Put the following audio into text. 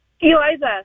Eliza